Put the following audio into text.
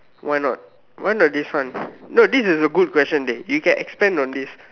why not why not this one no this is a good question dey you can expand on this